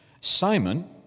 Simon